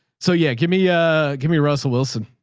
so yeah. give me a, give me a russell wilson